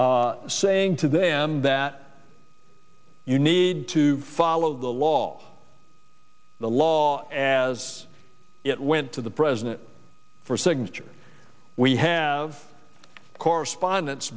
saying to them that you need to follow the law the law as it went to the president for signature we have corresponden